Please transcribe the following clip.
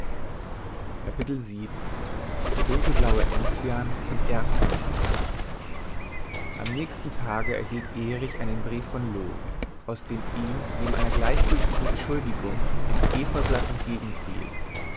der dunkelblaue enzian zum ersten mal am nächsten tage erhielt erich einen brief von loo aus dem ihm neben einer gleichgültigen entschuldigung ein